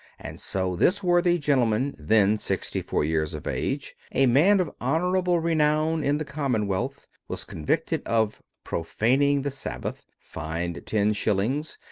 and so this worthy gentleman, then sixty-four years of age, a man of honorable renown in the commonwealth, was convicted of profaning the sabbath, fined ten shillings,